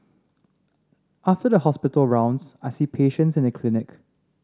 after the hospital rounds I see patients in the clinic